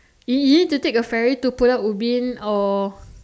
you you need to take a ferry to Pulau-Ubin or